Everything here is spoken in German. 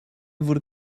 wurde